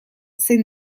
zein